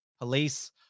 police